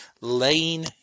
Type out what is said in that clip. laying